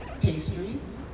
pastries